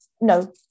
No